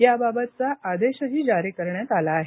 याबाबतचा आदेशही जारी करण्यात आला आहे